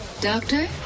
Doctor